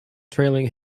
trailing